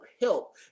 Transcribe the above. Help